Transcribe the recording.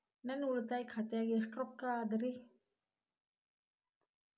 ನನ್ನ ಉಳಿತಾಯ ಖಾತಾದಾಗ ಎಷ್ಟ ರೊಕ್ಕ ಅದ ರೇ?